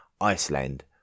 Iceland